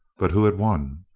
but who had won?